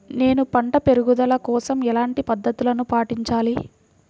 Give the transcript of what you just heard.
నేను పంట పెరుగుదల కోసం ఎలాంటి పద్దతులను పాటించాలి?